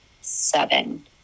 seven